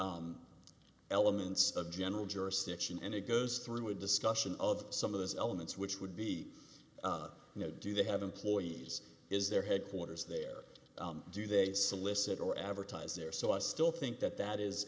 traditional elements of general jurisdiction and it goes through a discussion of some of those elements which would be no do they have employees is their headquarters there do they solicit or advertise there so i still think that that is